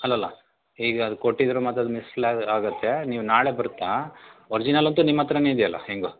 ಅಲ್ಲಲ್ಲ ಈಗ ಅದು ಕೊಟ್ಟಿದ್ರು ಮತ್ತು ಅದು ಮಿಸ್ ಲ್ಯಾಗ್ ಆಗುತ್ತೆ ನೀವು ನಾಳೆ ಬರ್ತಾ ಒರ್ಜಿನಲ್ಲಂತೂ ನಿಮ್ಮತ್ರನೇ ಇದೆಯಲ್ಲ ಹೆಂಗೂ